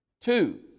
Two